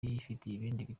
yifitiye